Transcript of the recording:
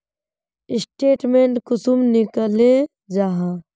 Statement कुंसम निकले जाहा?